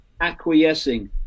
acquiescing